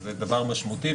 זה דבר משמעותי,